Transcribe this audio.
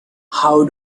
how